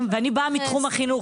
ואני באה מתחום החינוך,